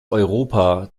europa